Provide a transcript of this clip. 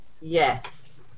Yes